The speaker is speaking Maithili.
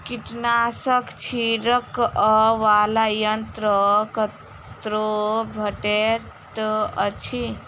कीटनाशक छिड़कअ वला यन्त्र कतौ भेटैत अछि?